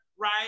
right